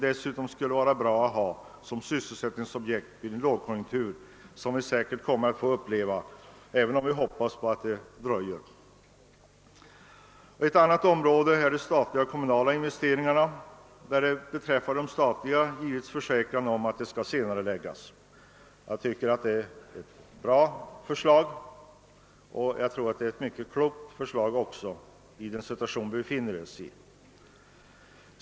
Dessutom skulle det vara bra alt ha detta som sysselsättningsobjekt vid en lågkonjunktur, som vi säkert kommer att få uppleva, även om vi hoppas att den dröjer. Ett annat område är statliga och kommunala investeringar. Beträffande de statliga har det givits försäkran om att de skall senareläggas. Jag tycker det är klokt i den situation där vi befinner oss.